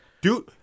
Dude